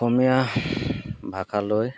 অসমীয়া ভাষালৈ